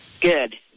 Good